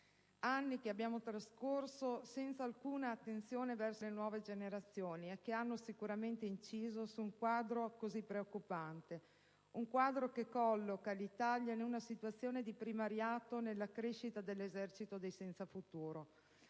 che abbiamo trascorso senza alcuna attenzione per le nuove generazioni, e che hanno sicuramente inciso su un quadro così preoccupante, che colloca l'Italia in una situazione di primariato nella crescita dell'esercito dei «senza futuro».